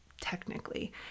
technically